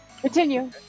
continue